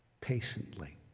patiently